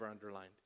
underlined